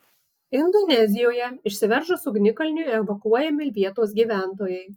indonezijoje išsiveržus ugnikalniui evakuojami vietos gyventojai